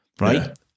Right